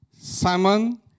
Simon